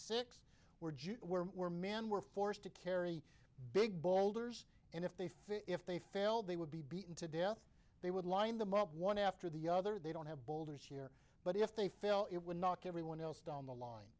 jews were were men were forced to carry big boulders and if they fit if they failed they would be beaten to death they would line them up one after the other they don't have boulders here but if they fail it would knock everyone else down the line